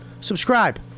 Subscribe